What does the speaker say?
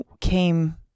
came